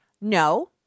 No